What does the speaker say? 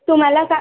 तुम्हाला का